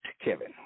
Kevin